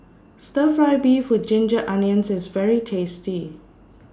Stir Fry Beef with Ginger Onions IS very tasty